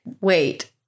Wait